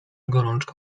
gorączka